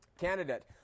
Candidate